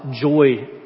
joy